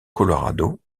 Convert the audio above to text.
colorado